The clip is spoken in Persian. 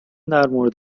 درمورد